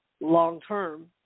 long-term